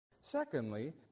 Secondly